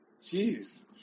Jeez